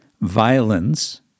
violence